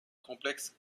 complexe